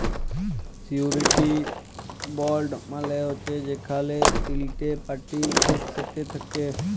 surety bond মালে হছে যেখালে তিলটে পার্টি ইকসাথে থ্যাকে